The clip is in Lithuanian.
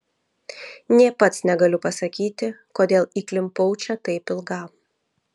nė pats negaliu pasakyti kodėl įklimpau čia taip ilgam